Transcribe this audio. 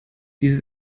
dieses